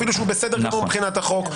אפילו שהוא בסדר גמור מבחינת החוק.